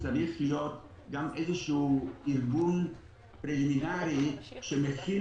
צריך להיות גם איזשהו ארגון פרמינרי שמכין